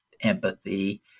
empathy